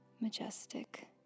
majestic